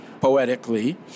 poetically